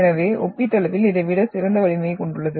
எனவே ஒப்பீட்டளவில் இதை விட சிறந்த வலிமையைக் கொண்டுள்ளது